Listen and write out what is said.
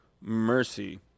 mercy